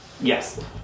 Yes